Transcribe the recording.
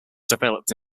developed